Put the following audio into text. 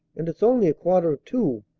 and it's only a quarter of two.